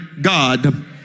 God